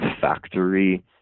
factory